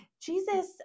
Jesus